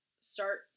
start